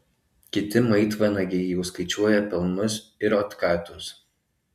kiti maitvanagiai jau skaičiuoja pelnus ir otkatus